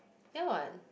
ya what